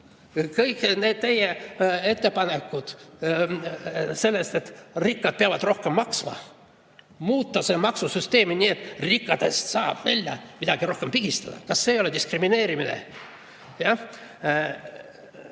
Kõik need teie ettepanekud selle kohta, et rikkad peavad rohkem maksma, tuleb muuta maksusüsteemi nii, et rikastest saab midagi rohkem välja pigistada – kas see ei ole diskrimineerimine?